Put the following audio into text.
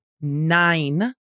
nine